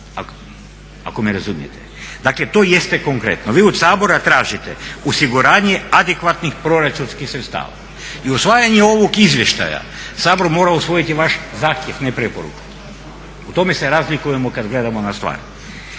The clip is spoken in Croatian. ako me razumijete. Dakle, to jeste konkretno. Vi od Sabora tražite osiguranje adekvatnih proračunskih sredstava i usvajanje ovog izvještaja Sabor mora usvojiti vaš zahtjev, ne preporuku. O tome se razlikujemo kad gledamo na stvar.